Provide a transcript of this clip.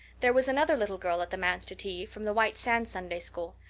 there was another little girl at the manse to tea, from the white sands sunday school.